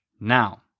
now